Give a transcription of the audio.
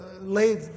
laid